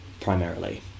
primarily